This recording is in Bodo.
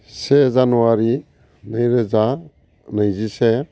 से जानुवारि नैरोजा नैजिसे